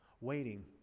waiting